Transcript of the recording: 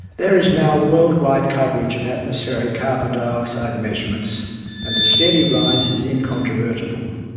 there is now world-wide coverage of atmospheric carbon dioxide measurements and the steady rise is incontrovertible.